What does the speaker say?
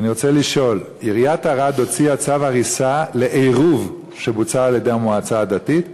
עיריית ערד הוציאה צו הריסה לעירוב שבוצע על-ידי המועצה הדתית.